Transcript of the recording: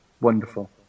wonderful